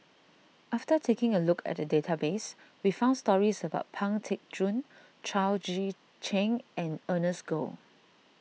after taking a look at the database we found stories about Pang Teck Joon Chao Tzee Cheng and Ernest Goh